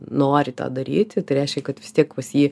nori tą daryti tai reiškia kad vis tiek pas jį